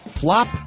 Flop